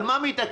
על מה זה מתעכב?